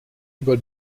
über